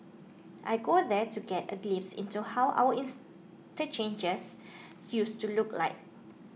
I go there to get a glimpse into how our used to look like